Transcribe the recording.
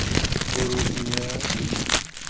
Purulia